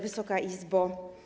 Wysoka Izbo!